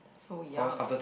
so young